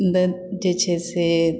मतलब जे छै से